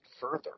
further